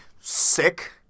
sick